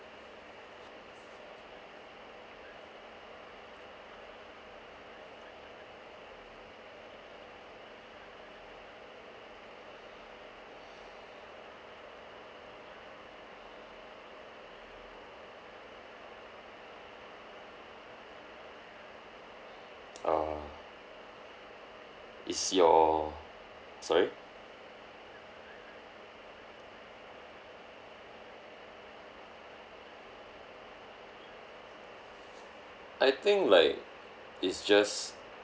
orh is your sorry I think like is just